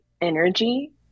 energy